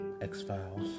X-Files